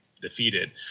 defeated